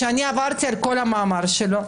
כשעברתי על כל המאמר שלו,